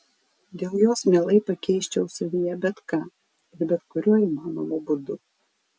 dėl jos mielai pakeisčiau savyje bet ką ir bet kuriuo įmanomu būdu